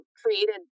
created